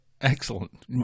Excellent